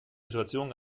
situation